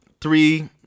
three